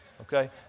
okay